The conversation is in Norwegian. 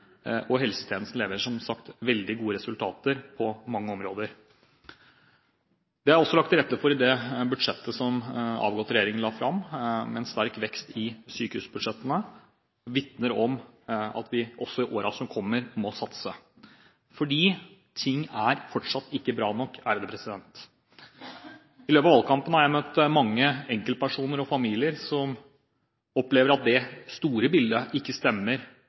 og helsetjenesten leverer som sagt veldig gode resultater på mange områder. Det er det også lagt til rette for i det budsjettet som avgått regjering la fram. En sterk vekst i sykehusbudsjettene vitner om at vi også i årene som kommer, må satse, fordi ting fortsatt ikke er bra nok. I løpet av valgkampen har jeg møtt mange enkeltpersoner og familier som opplever at det store bildet ikke stemmer